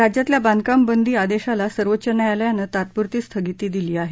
राज्यातल्या बांधकाम बंदी आदेशाला सर्वोच्च न्यायालयानं तात्पुरती स्थगिती दिली आहे